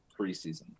preseason